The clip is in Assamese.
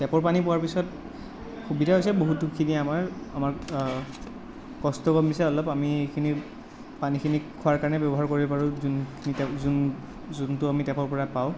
টেপৰ পানী পোৱাৰ পিছত সুবিধা হৈছে বহুতখিনি আমাৰ আমাৰ কষ্ট কমিছে অলপ আমি এইখিনি পানীখিনি খোৱাৰ কাৰণে ব্যৱহাৰ কৰিব পাৰোঁ যোনকেইটা যোনটো আমি টেপৰ পৰা পাওঁ